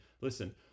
Listen